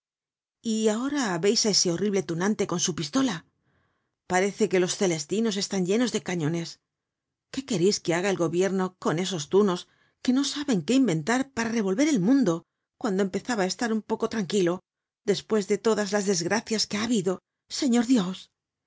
y ahora veis á ese horrible tunante con su pistola parece que los celestinos están llenos de cañones qué quereis que haga el gobierno con esos tunos que no saben qué inventar para revolver el mundo cuando empezaba á estar un poco tranquilo despues de todas las desgracias que ha habido señor dios yo que